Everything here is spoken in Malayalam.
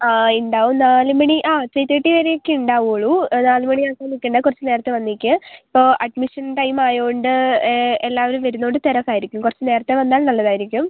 ഉണ്ടാകും നാല് മണി അതെ ത്രീ തേർട്ടി വരെയൊക്കെ ഉണ്ടാവുകയുള്ളു നാലുമണി ആ സമയത്ത് തന്നെ കുറച്ച് നേരത്തെ വന്നേക്ക് ഇപ്പോൾ അഡ്മിഷൻ ടൈം ആയതുകൊണ്ട് എല്ലാവരും വരുന്നുണ്ട് തിരക്കായിരിക്കും കുറച്ച് നേരത്തെ വന്നാൽ നന്നായിരിക്കും